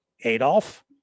Adolf